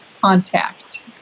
contact